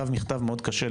אני אסביר.